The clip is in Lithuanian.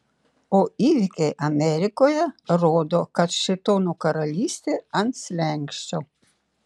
o įvykiai amerikoje rodo kad šėtono karalystė ant slenksčio